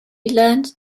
learned